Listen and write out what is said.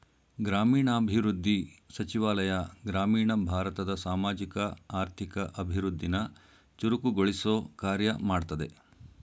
ಗ್ರಾಮೀಣಾಭಿವೃದ್ಧಿ ಸಚಿವಾಲಯ ಗ್ರಾಮೀಣ ಭಾರತದ ಸಾಮಾಜಿಕ ಆರ್ಥಿಕ ಅಭಿವೃದ್ಧಿನ ಚುರುಕುಗೊಳಿಸೊ ಕಾರ್ಯ ಮಾಡ್ತದೆ